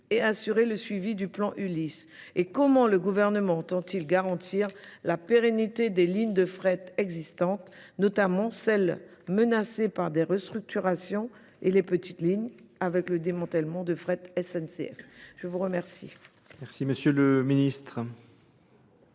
et assurer le suivi du plan Ulysse. Et comment le gouvernement tente-t-il garantir la pérennité des lignes de fret existantes, notamment celles menacées par des restructurations et les petites lignes avec le démantèlement de fret SNCF ? Je vous remercie.